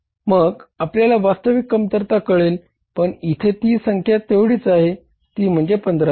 मग आपल्याला वास्तविक कमतरता कळेल पण इथे ती संख्या तेवढीच आहे ती म्हणजे 15400